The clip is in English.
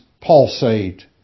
pulsate